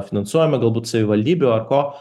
finansuojama galbūt savivaldybių ar ko